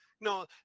No